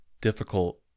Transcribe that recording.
difficult